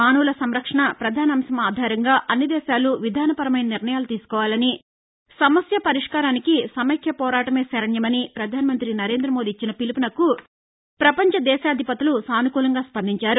మానవుల సంరక్షణ పధాన అంశం ఆధారంగా అన్ని దేశాలు విధానపరమైన నిర్ణయాలు తీసుకోవాలని సమస్య పరిష్కారానికి సమైక్య పోరాటమే శరణ్యమని ప్రపధాన మంత్రి నరేంద్ర మోదీ ఇచ్చిన పిలుపుకు ప్రపంచ దేశాధిపతులు సానుకూలంగా స్పందించారు